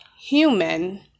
human